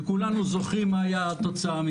וכולנו זוכרים מה היתה התוצאה,